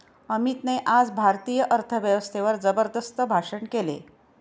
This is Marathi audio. अमितने आज भारतीय अर्थव्यवस्थेवर जबरदस्त भाषण केले